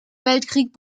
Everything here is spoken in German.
weltkrieg